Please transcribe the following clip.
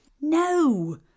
No